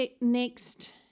next